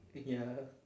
ya